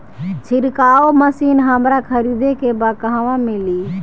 छिरकाव मशिन हमरा खरीदे के बा कहवा मिली?